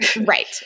Right